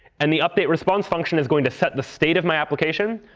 and the updateresponse function is going to set the state of my application,